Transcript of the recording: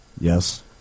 Yes